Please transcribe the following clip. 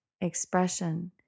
expression